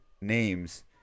names